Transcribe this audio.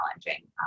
challenging